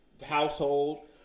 household